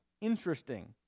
interesting